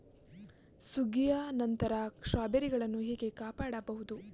ಸುಗ್ಗಿಯ ನಂತರ ಸ್ಟ್ರಾಬೆರಿಗಳನ್ನು ಹೇಗೆ ಕಾಪಾಡ ಬಹುದು?